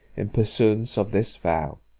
in pursuance of this vow.